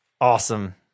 Awesome